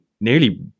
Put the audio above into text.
nearly